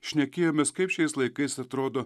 šnekėjomės kaip šiais laikais atrodo